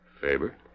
Faber